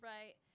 Right